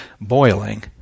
boiling